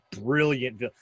brilliant